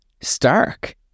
stark